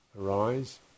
arise